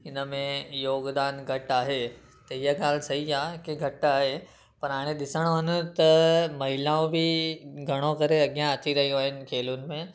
हिन में योॻदानु घटि आहे त इहा ॻाल्हि सई आहे की घटि आहे पर हाणे ॾिसण वञो त महिलाऊं बि घणो करे अॻियां अची रहियूं आहिनि खेलुनि में